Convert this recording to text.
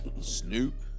Snoop